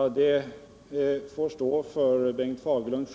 om man fått fram en proposition under våren 1977. Det får stå för honom.